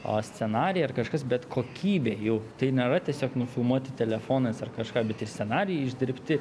o scenarijai ar kažkas bet kokybė jų tai nėra tiesiog nufilmuoti telefonais ar kažką bet ir scenarijai išdirbti